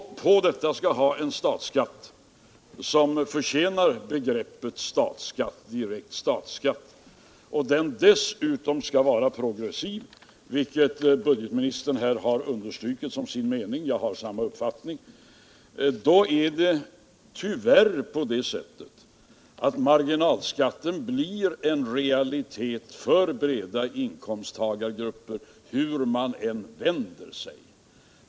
Om man på detta skall ha en statsskatt som förtjänar benämningen -— alltså en ren statsskatt — och den dessutom skall vara progressiv, vilket budgetministern understryker som sin mening och jag har samma uppfattning, då blir tyvärr marginalskatten en realitet för breda inkomsttagargrupper hur man än vänder sig.